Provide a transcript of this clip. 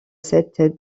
cette